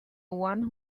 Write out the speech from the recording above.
one